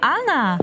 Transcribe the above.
Anna